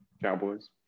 Cowboys